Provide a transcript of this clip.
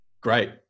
great